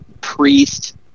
priest